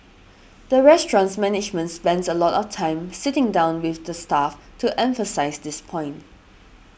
the restaurant's management spends a lot of time sitting down with the staff to emphasise this point